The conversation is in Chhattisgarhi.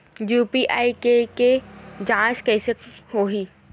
यू.पी.आई के के जांच कइसे होथे?